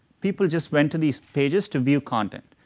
people just went to these pages to view content.